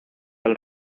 del